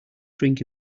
drink